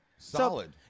Solid